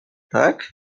tak